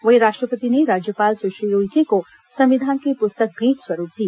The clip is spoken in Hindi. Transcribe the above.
वहीं राष्ट्रपति ने राज्यपाल सुश्री उइके को संविधान की पुस्तक मेंट स्वरूप दी